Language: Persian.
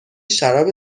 شراب